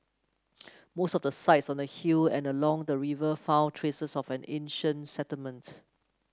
most of the sites on the hill and along the river found traces of an ancient settlement